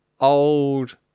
old